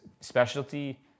specialty